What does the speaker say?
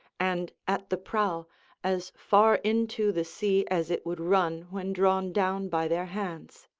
and at the prow as far into the sea as it would run when drawn down by their hands.